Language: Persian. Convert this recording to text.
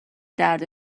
درد